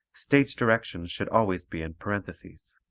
stage directions should always be in parenthesis.